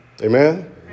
Amen